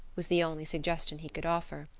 was the only suggestion he could offer.